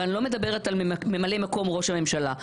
ואני לא מדברת על ממלא מקום ראש הממשלה,